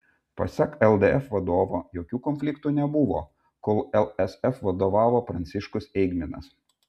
pasak ldf vadovo jokių konfliktų nebuvo kol lsf vadovavo pranciškus eigminas